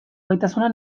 gaitasuna